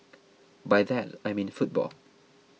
by that I mean football